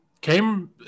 came